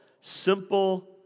simple